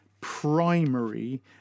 primary